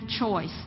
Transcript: choice